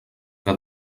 que